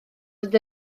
fod